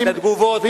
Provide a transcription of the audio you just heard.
התגובות שלכם,